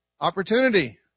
opportunity